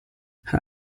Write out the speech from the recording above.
her